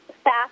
staff